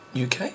UK